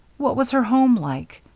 what was her home like?